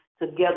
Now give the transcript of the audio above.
together